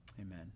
amen